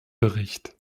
bericht